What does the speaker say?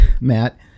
Matt